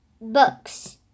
books